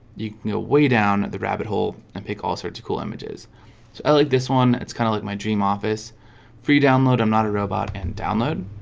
you know way down at the rabbit-hole and pick all sorts of cool images so i like this one. it's kind of like my dream office free download. i'm not a robot and download